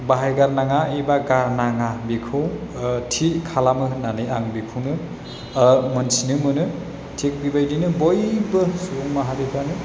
बाहायगारनाङा एबा गारनाङा बिखौ थि खालामो होन्नानै आं बिखौनो मोनथिनो मोनो थिग बेबायदिनो बयबो सुबुं माहारिफ्रानो